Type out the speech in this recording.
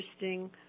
interesting